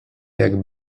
jak